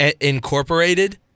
Incorporated